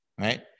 right